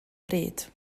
bryd